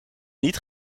niet